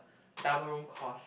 double room cost